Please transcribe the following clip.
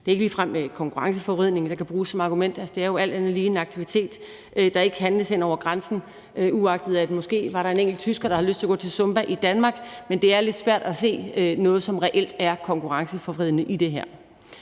Det er ikke ligefrem konkurrenceforvridningen, der kan bruges som argument. Altså, det er jo alt andet lige en aktivitet, der ikke handles hen over grænsen, uagtet at der måske er en enkelt tysker, der har lyst til at gå til zumba i Danmark, men det er lidt svært at se noget, som reelt er konkurrenceforvridende i det her.